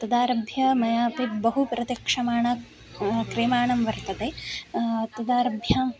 तदारभ्य मया अपि बहु प्रतीक्षमाणा क्रियमाणं वर्तते तदारभ्य